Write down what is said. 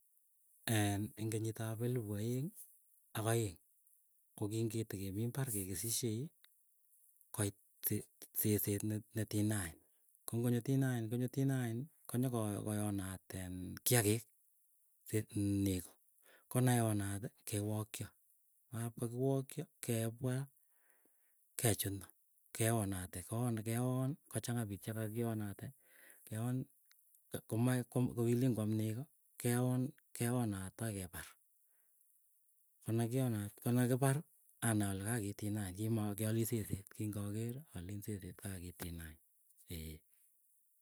Een kenyitap elipu aeng ak aeng, kokingitekemii imbarr kekesisiei koit seset ne netinine ko ngonyo konyo tinine konyokoyonat en kiagik siit neego. Konayonati kewakyo kap kakiwakyo kepwa kuchunu keonate koon keon, kochang'a piik chekakionate keon komoe kokilen kwaam negoo. Keon keonat agoi kepar. Konakionat konakipar anai ale kaa ki tinaen kimongen kiale seset kingakeri alen seset kakii kakii tinaen ee.